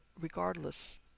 regardless